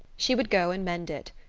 she would go and mend it.